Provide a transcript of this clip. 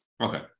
Okay